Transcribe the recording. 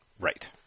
Right